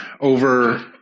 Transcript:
over